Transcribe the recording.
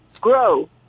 grow